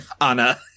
Anna